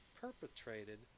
perpetrated